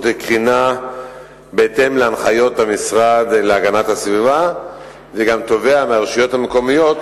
קרינה בהתאם להנחיות המשרד להגנת הסביבה וגם תובע מהרשויות המקומיות